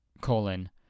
colon